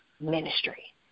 ministry